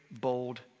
bold